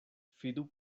fidu